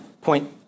point